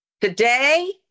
Today